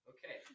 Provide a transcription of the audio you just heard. Okay